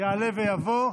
יעלה ויבוא.